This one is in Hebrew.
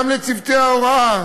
גם לצוותי ההוראה,